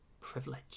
privilege